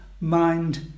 mind